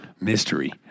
mystery